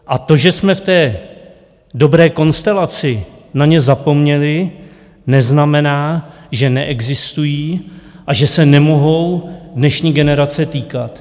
A to, že jsme v té dobré konstelaci na ně zapomněli, neznamená, že neexistují a že se nemohou dnešní generace týkat.